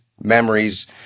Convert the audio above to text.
memories